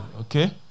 Okay